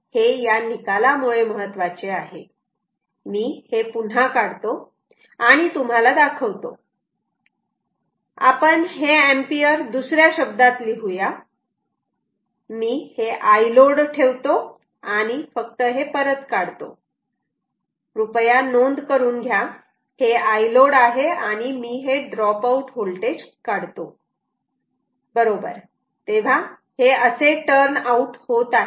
हे या निकालामुळे महत्त्वाचे आहे मी हे पुन्हा काढतो आणि तुम्हाला दाखवतो आपण हे एम्पिअर दुसऱ्या शब्दात लिहूया मी हे Iload ठेवतो आणि फक्त परत काढतो कृपया नोंद करून घ्या हे Iload आहे आणि मी हे ड्रॉप आऊट होल्टेज काढतो बरोबर तेव्हा हे असे टर्न आऊट होत आहे